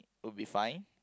would be fine